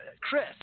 Chris